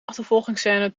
achtervolgingsscene